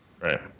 Right